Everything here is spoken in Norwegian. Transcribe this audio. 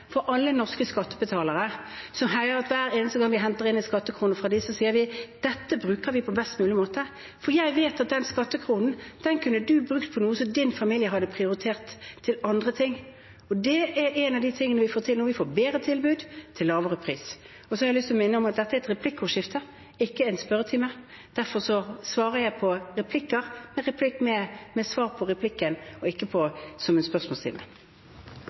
henter inn en skattekrone fra dem, så sier vi: Denne bruker vi på best mulig måte, for jeg vet at du kunne brukt den skattekronen på noe som din familie hadde prioritert til andre ting. Det er noe av det vi får til når vi får et bedre tilbud til lavere pris. Jeg har lyst å minne om at dette er et replikkordskifte, ikke en spørretime. Derfor svarer jeg på hele replikken, ikke bare på spørsmålet, som i en spørretime. Vi ser bunadsgeriljaen, bompengeopprør, kraftopprør mot eksportkabler, vindmølleprotester, distriktsopprør mot sentralisering og et AAP-opprør. Det siste er fordi tusener av mennesker nå er i en